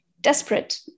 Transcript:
desperate